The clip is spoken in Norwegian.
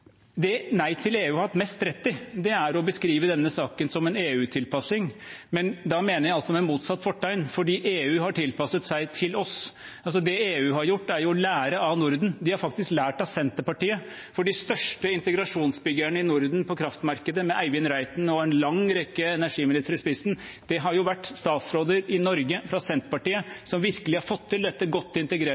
Det Nei til EU har hatt mest rett i, er å beskrive denne saken som en EU-tilpassing, men da mener jeg altså med motsatt fortegn, for EU har tilpasset seg til oss. Det EU har gjort, er å lære av Norden. De har faktisk lært av Senterpartiet, for de største integrasjonsbyggerne i Norden på kraftmarkedet, med Eivind Reiten og en lang rekke energiministre i spissen, har vært statsråder i Norge fra Senterpartiet, som virkelig har fått til dette godt